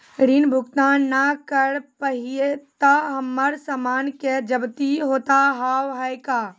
ऋण भुगतान ना करऽ पहिए तह हमर समान के जब्ती होता हाव हई का?